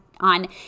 on